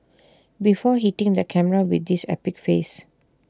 before hitting the camera with this epic face